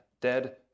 dead